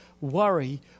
worry